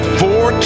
four